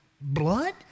blood